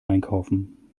einkaufen